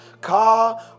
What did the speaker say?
car